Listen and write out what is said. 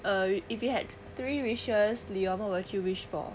or